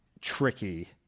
tricky